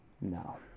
no